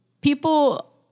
people